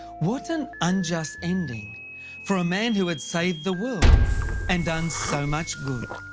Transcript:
what an unjust ending for a man who had saved the world and done so much good.